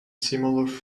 similar